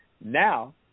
Now